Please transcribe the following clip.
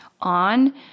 on